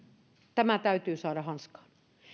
tämä täytyy saada hanskaan